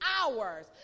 Hours